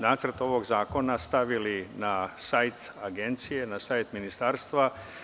Nacrt ovog zakona smo stavili na sajt Agencije, na sajt Ministarstva.